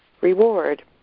reward